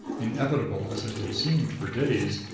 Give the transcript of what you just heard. inevitable as it had seemed for days,